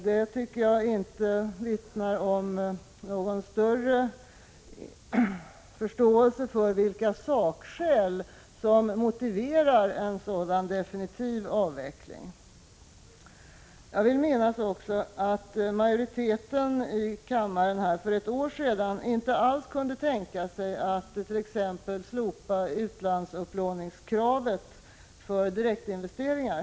Detta vittnar inte om någon större förståelse för vilka sakskäl som motiverar en sådan definitiv avveckling. Jag vill minnas att majoriteten här i kammaren för ett år sedan inte alls kunde tänka sig t.ex. att slopa utlandsupplåningskravet för direktinvesteringar.